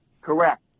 Correct